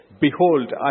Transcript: behold